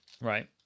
Right